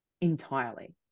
entirely